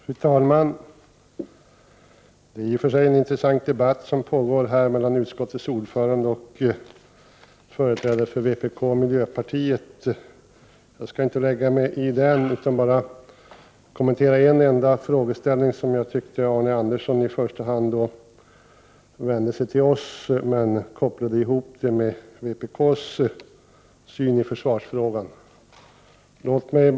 Fru talman! Det är i och för sig en intressant debatt som pågår här mellan utskottets ordförande och företrädare för vpk och miljöpartiet. Jag skall inte lägga mig i den utan bara kommentera en enda frågeställning, där jag tyckte att Arne Andersson i Ljung i första hand vände sig till oss men kopplade ihop oss med vpk:s syn i försvarsfrågan.